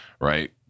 right